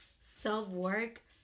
self-work